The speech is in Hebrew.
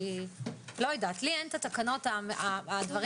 לא יודעת, לי אין את התקנות עם השינויים.